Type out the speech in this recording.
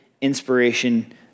inspiration